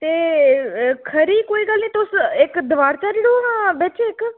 ते खरी कोई गल्ल निं तुस इक दवार चाढ़ी ओड़ोआं हां बिच इक